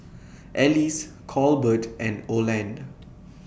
Ellis Colbert and Oland